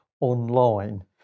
online